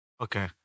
okay